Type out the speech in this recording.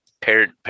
paired